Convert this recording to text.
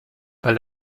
weil